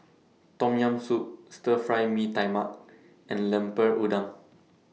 Tom Yam Soup Stir Fry Mee Tai Mak and Lemper Udang